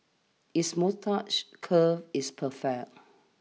his moustache curl is perfect